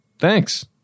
Thanks